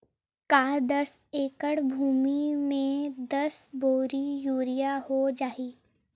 का दस एकड़ भुमि में दस बोरी यूरिया हो जाही?